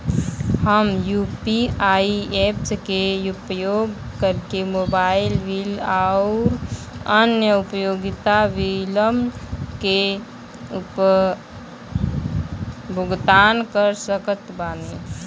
हम UPI apps के उपयोग करके मोबाइल बिल आउर अन्य उपयोगिता बिलन के भुगतान कर सकत बानी